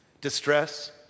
Distress